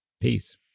peace